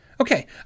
Okay